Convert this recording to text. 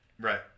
Right